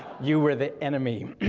you were the enemy.